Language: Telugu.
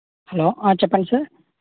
హలో ఆ చెప్పండి సార్